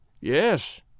Yes